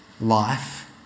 life